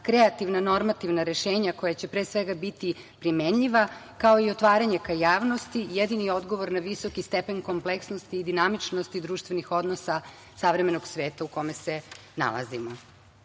kreativna normativna rešenja, koja će, pre svega, biti primenjiva, kao i otvaranje ka javnosti, jedini je odgovor na visoki stepen kompleksnosti i dinamičnosti društvenih odnosa savremenog sveta u kome se nalazimo. To